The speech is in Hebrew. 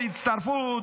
תצטרפו,